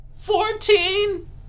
Fourteen